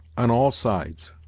on all sides,